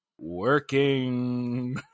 Working